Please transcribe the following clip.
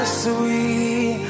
sweet